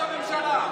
בבקשה.